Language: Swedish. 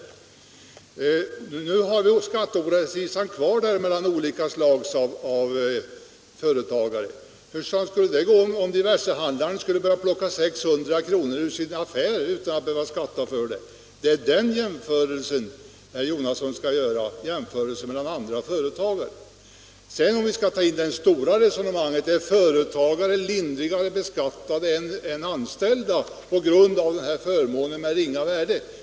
Kvar står alltså att det här medför en skatteorättvisa mellan olika slag av företagare. Hur skulle det gå om diversehandlaren skulle börja plocka varor för 600 kr. ur sin affär utan att behöva skatta för det? Det är den jämförelsen, jämförelsen mellan lantbrukare med egen skog och andra företagare, som herr Jonasson skall göra! Sedan tog herr Jonasson upp frågan, om anställda är lindrigare beskattade än företagare på grund av skattefriheten för förmåner av ringa värde.